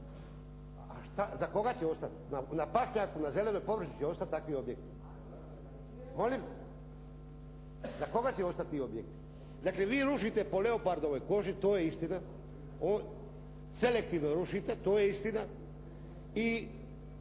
A za koga će ostati, na pašnjaku, na zelenoj površini će ostati takvi objekti? …/Upadica se ne čuje./… Molim? Za koga će ostati ti objekti? Dakle, vi vršite po leopardovoj koži to je istina, selektivno rušite to je istina i